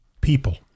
people